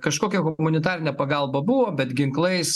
kažkokia humanitarinė pagalba buvo bet ginklais